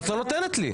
אבל את לא נותנת לי.